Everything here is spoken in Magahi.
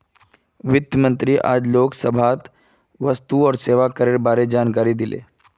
वित्त मंत्री आइज लोकसभात वस्तु और सेवा करेर बारे जानकारी दिले